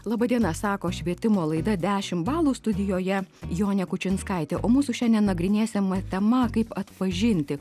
laba diena sako švietimo laida dešim balų studijoje jonė kučinskaitė o mūsų šiandien nagrinėsiama tema kaip atpažinti